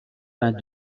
vingt